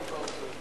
חבר הכנסת וקנין.